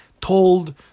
told